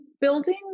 building